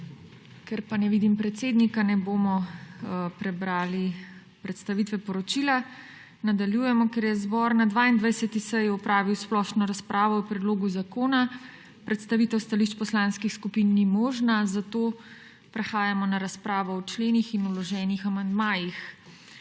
Ker pa ne vidim predsednika, ne bomo prebrali predstavitve poročila. Nadaljujemo. Ker je zbor na 22. seji opravil splošno razpravo o predlogu zakona, predstavitev stališč poslanskih skupin ni možna, zato prehajamo na razpravo o členih in vloženih amandmajih.